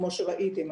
כמו שראיתם,